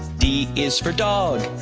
d is for dog.